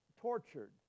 tortured